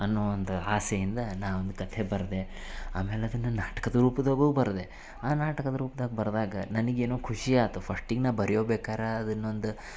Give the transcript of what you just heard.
ಅನ್ನೋ ಒಂದು ಆಸೆಯಿಂದ ನಾ ಒಂದು ಕಥೆ ಬರೆದೆ ಆಮೇಲೆ ಅದನ್ನು ನಾಟಕದ ರೂಪದಾಗೂ ಬರೆದೆ ಆ ನಾಟ್ಕದ ರೂಪ್ದಾಗ ಬರೆದಾಗ ನನಗೇನೋ ಖುಷಿ ಆಯ್ತು ಫಶ್ಟಿಗೆ ನಾ ಬರಿಯಬೇಕಾರ ಅದನ್ನೊಂದು